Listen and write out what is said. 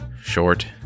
Short